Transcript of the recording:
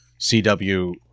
CW